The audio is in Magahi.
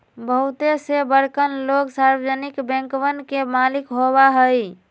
बहुते से बड़कन लोग सार्वजनिक बैंकवन के मालिक होबा हई